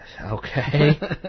Okay